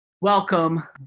welcome